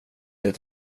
det